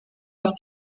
dass